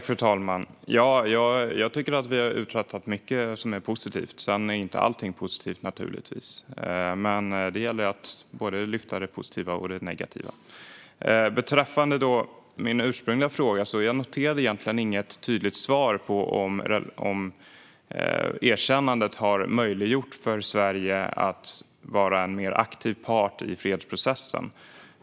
Fru talman! Jag tycker att vi har uträttat mycket som är bra, även om allt givetvis inte är positivt. Men det gäller att lyfta upp både det positiva och det negativa. Beträffande min ursprungliga fråga noterade jag inget tydligt svar på om erkännandet har möjliggjort för Sverige att vara en mer aktiv part i fredsprocessen.